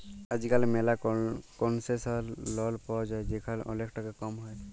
আজকাল ম্যালা concessional loan পায়া যায় যেখালে ওলেক টাকা কম হ্যয়